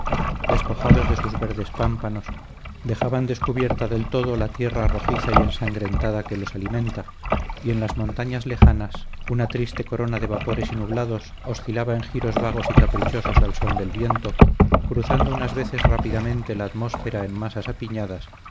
despojados de sus verdes pámpanos dejaban descubierta del todo la tierra rojiza y ensangrentada que los alimenta y en las montañas lejanas una triste corona de vapores y nublados oscilaba en giros vagos y caprichosos al son del viento cruzando unas veces rápidamente la atmósfera en masas apiñadas